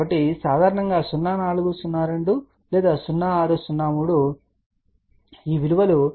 కాబట్టి సాధారణంగా 0402 లేదా 0603 ఈ విలువలు 0